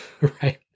right